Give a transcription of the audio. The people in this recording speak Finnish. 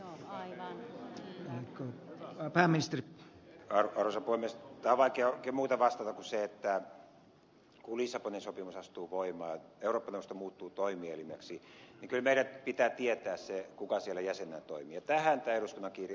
tähän on vaikea oikein muuten vastata kuin sen että kun lissabonin sopimus astuu voimaan eurooppa neuvosto muuttuu toimielimeksi niin kyllä meidän pitää tietää se kuka siellä jäsenenä toimii